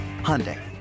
Hyundai